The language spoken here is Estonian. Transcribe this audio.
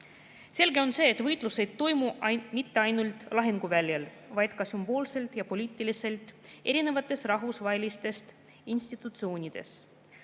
Selge on see, et võitlus ei toimu mitte ainult lahinguväljal, vaid ka sümboolselt ja poliitiliselt rahvusvahelistes institutsioonides.